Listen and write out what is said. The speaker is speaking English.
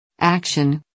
Action